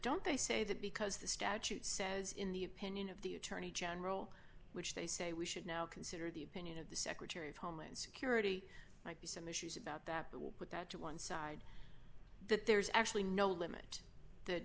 don't they say that because the statute says in the opinion of the attorney general which they say we should now consider the opinion of the secretary of homeland security might be some issues about that but we'll put that to one side that there's actually no limit the